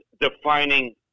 defining